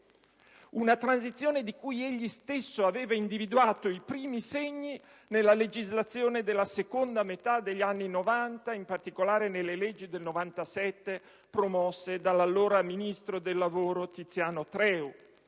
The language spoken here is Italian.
Una transizione di cui egli stesso aveva individuato i primi segni nella legislazione della seconda metà degli anni Novanta, in particolare nelle leggi del 1997, promosse dall'allora ministro del lavoro Tiziano Treu,